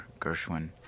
Gershwin